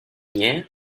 này